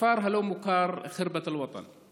בכפר הלא-מוכר ח'רבת אל-וטן.